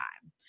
time